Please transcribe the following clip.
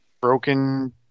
Broken